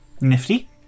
Nifty